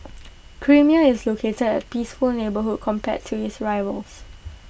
creamier is located at A peaceful neighbourhood compared to its rivals